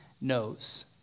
knows